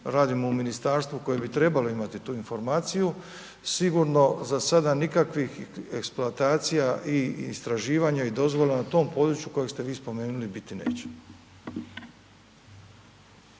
radim u Ministarstvu koje bi trebalo imati tu informaciju sigurno za sada nikakvih eksploatacija i istraživanja i dozvola na tom području kojeg ste vi spomenuli biti neće.